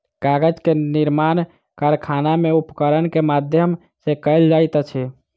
कागज के निर्माण कारखाना में उपकरण के माध्यम सॅ कयल जाइत अछि